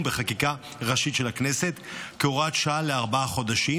בחקיקה ראשית של הכנסת כהוראת שעה לארבעה חודשים,